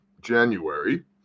January